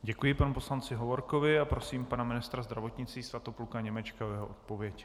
Děkuji panu poslanci Hovorkovi a prosím pana ministra zdravotnictví Svatopluka Němečka o jeho odpověď.